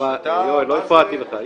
יואל, לא הפרעתי לך.